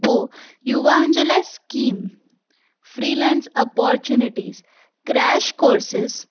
पोइ युवाउनि जे लाइ scheme freelance opportunities crash courses